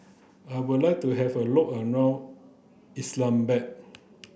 I would like to have a look around Islamabad